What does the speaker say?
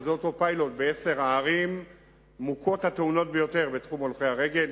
וזה אותו פיילוט בעשר הערים מוכות התאונות בתחום הולכי-הרגל.